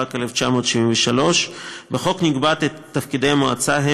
התשל"ג 1973. בחוק נקבעו תפקידי המועצה,